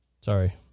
Sorry